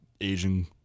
Asian